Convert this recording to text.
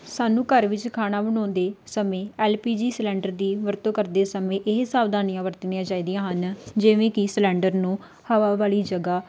ਸਾਨੂੰ ਘਰ ਵਿੱਚ ਖਾਣਾ ਬਣਾਉਂਦੇ ਸਮੇਂ ਐੱਲ ਪੀ ਜੀ ਸਿਲੰਡਰ ਦੀ ਵਰਤੋਂ ਕਰਦੇ ਸਮੇਂ ਇਹ ਸਾਵਧਾਨੀਆਂ ਵਰਤਣੀਆਂ ਚਾਹੀਦੀਆਂ ਹਨ ਜਿਵੇਂ ਕਿ ਸਿਲੰਡਰ ਨੂੰ ਹਵਾ ਵਾਲੀ ਜਗ੍ਹਾ